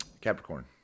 Capricorn